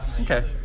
Okay